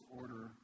order